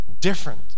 different